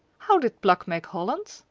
how did pluck make holland?